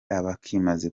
abakimaze